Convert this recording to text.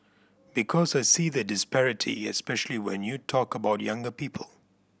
because I see the disparity especially when you talk about younger people